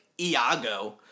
iago